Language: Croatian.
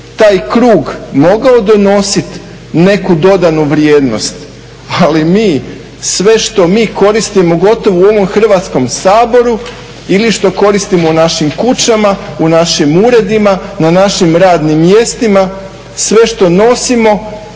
taj krug mogao donositi neku dodanu vrijednost. Ali mi sve što mi koristimo gotovo u ovom Hrvatskom saboru ili što koristimo u našim kućama, u našim uredima, na našim radnim mjestima, sve što nosimo,